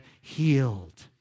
healed